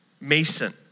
Mason